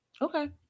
Okay